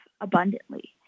abundantly